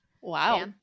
Wow